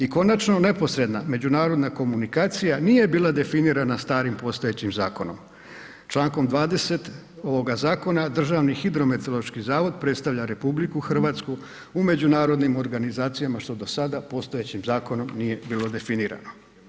I konačno neposredna međunarodna komunikacija nije bila definirana starim postojećim zakonom, Člankom 20. ovoga zakona Državni hidrometeorološki zavod predstavlja RH u međunarodnim organizacijama što do sada postojećim zakonom nije bilo definirano.